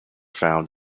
found